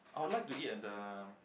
I would like to eat at the